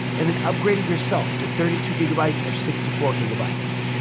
and then upgrade it yourself to thirty two gigabytes or sixty four gigabytes.